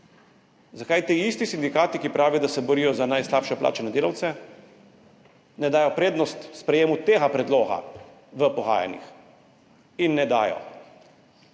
zakaj ti isti sindikati, ki pravijo, da se borijo za najslabše plačane delavce, ne dajo prednosti sprejetju tega predloga v pogajanjih. In ne dajo.